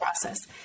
process